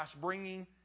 bringing